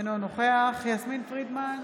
אינו נוכח יסמין פרידמן,